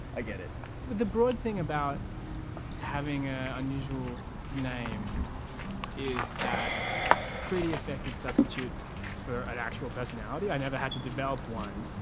i get it the broad thing about having ah unusual name is that pretty effective substitute for an actual personality. i never had to develop one,